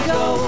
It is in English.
go